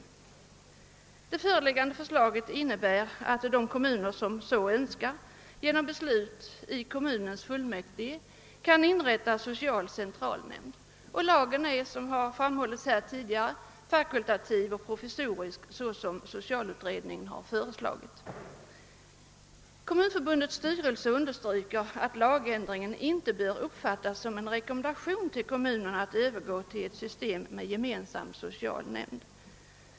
Det föreliggande förslaget innebär, att de kommuner som så önskar genom beslut i kommunens fullmäktige kan inrätta social centralnämnd, och lagen är, som tidigare framhållits, fakultativ och provisorisk såsom socialutredningen föreslagit. Kommunförbundets styrelse understryker att lagändringen inte bör uppfattas som en rekommendation till kommunerna att övergå till system med gemensam social nämnd.